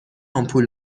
آمپول